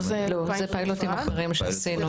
זה פיילוטים אחרים שעשינו.